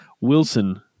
Wilson